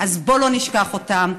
אז בואו לא נשכח אותם,